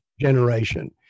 generation